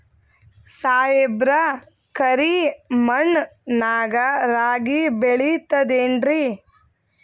ಸಾಹೇಬ್ರ, ಕರಿ ಮಣ್ ನಾಗ ರಾಗಿ ಬೆಳಿತದೇನ್ರಿ?